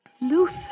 Luther